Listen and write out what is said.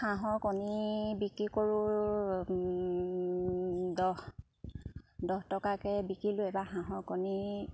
হাঁহৰ কণী বিক্ৰী কৰোঁ দহ দহ টকাকৈ বিকিলো এবাৰ হাঁহৰ কণী